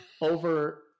over